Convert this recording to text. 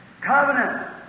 Covenant